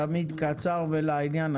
תמיד קצר ולעניין.